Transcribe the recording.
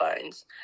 phones